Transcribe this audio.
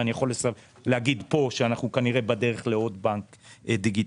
ואני יכול להגיד פה שאנחנו כנראה בדרך לעוד בנק דיגיטלי,